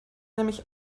nämlich